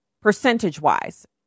percentage-wise